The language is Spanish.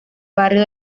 barrio